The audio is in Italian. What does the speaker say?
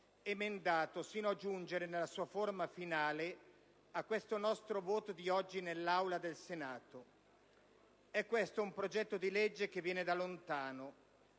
emendato sino a giungere, nella sua forma finale, a questo nostro voto di oggi nell'Aula del Senato. È questo un progetto di legge che viene da lontano.